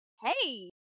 Hey